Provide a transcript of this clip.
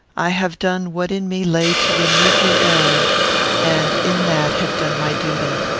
i have done what in me lay to remove your error and, in that, have done my duty.